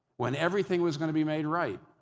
when everything was going to be made right.